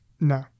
No